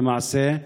למעשה,